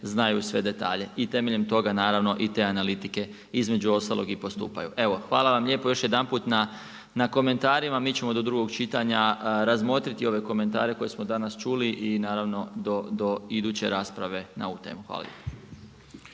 znaju sve detalje i temeljem toga naravno i te analitike između ostalog i postupaju. Evo, hvala vam lijepo još jedanput na komentarima. Mi ćemo do drugog čitanja razmotriti ove komentare koje smo danas čuli i naravno do iduće rasprave na ovu temu. Hvala